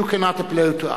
you cannot applaud to us.